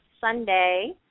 Sunday